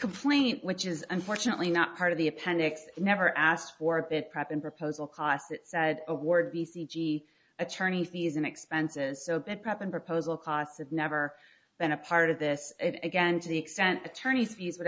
complaint which is unfortunately not part of the appendix never asked for a bit prep and proposal costs it said award b c g attorney fees and expenses so bad prep and proposal costs have never been a part of this again to the extent attorney's fees would